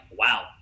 wow